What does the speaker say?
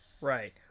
Right